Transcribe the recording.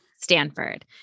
Stanford